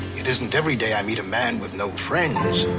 it isn't every day i meet a man with no friends.